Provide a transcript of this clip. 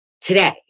today